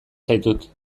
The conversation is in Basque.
zaitut